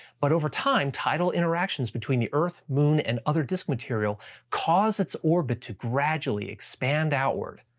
but over time, tidal interactions between the earth, moon, and other disk material caused its orbit to gradually expand outward.